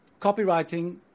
copywriting